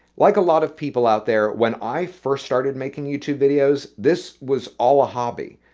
like a lot of people out there, when i first started making youtube videos, this was all a hobby.